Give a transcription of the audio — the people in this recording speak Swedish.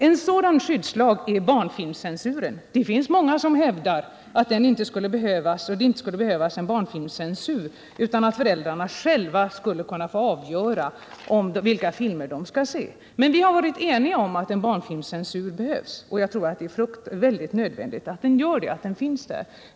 En sådan skyddslag är barnfilmscensuren. Det finns många som hävdar att det inte behövs en barnfilmscensur utan att föräldrarna själva skall kunna få avgöra vilka filmer deras barn skall få se. Men vi har varit eniga om att en barnfilmscensur behövs, och jag tror att det är nödvändigt att den finns.